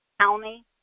county